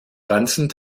ganzen